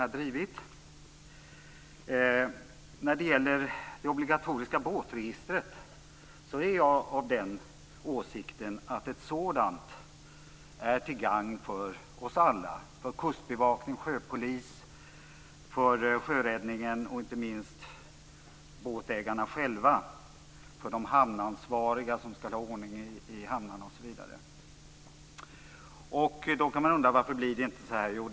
Jag är av den åsikten att ett obligatoriskt båtregister är till gagn för oss alla, för Kustbevakningen, sjöpolisen, sjöräddningen och inte minst för båtägarna själva och de hamnansvariga som ska hålla ordning i hamnarna osv. Då kan man undra varför det inte blir så här.